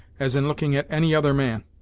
as in looking at any other man.